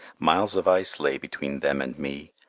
miles of ice lay between them and me,